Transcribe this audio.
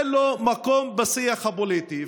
אין לו מקום בשיח הפוליטי.